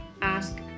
ask